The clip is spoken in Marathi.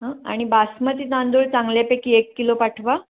हं आणि बासमती तांदूळ चांगल्यापैकी एक किलो पाठवा